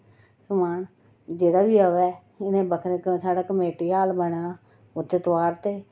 सगुआं जेह्ड़ा बी आवै हून एह् बक्खरा साढ़ा कमेटी हॉल बने दा उत्थै तोआरदे ते